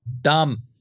Dumb